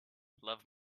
love